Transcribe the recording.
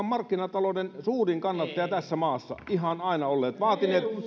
markkinatalouden suurin kannattaja tässä maassa ihan aina olleet vaatimalla